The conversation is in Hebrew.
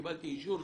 קיבלתי אישור,